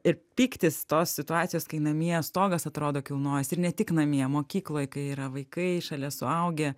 ir pyktis tos situacijos kai namie stogas atrodo kilnojasi ir ne tik namie mokykloj kai yra vaikai šalia suaugę